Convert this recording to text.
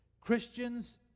Christians